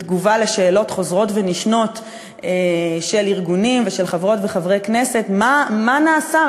בתגובה לשאלות חוזרות ונשנות של ארגונים ושל חברות וחברי כנסת מה נעשה,